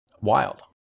Wild